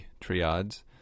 triads